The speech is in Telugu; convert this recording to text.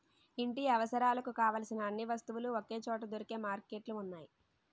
ఇంటి అవసరాలకు కావలసిన అన్ని వస్తువులు ఒకే చోట దొరికే మార్కెట్లు ఉన్నాయి